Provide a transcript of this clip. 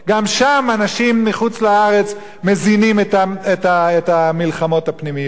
גם שם אנשים מחוץ-לארץ מזינים את המלחמות הפנימיות.